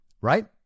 right